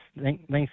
Thanks